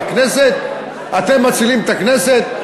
והכנסת, אתם מצילים את הכנסת?